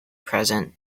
present